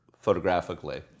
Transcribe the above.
photographically